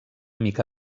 mica